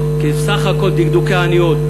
כי זה בסך הכול דקדוקי עניות.